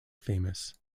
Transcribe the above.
famous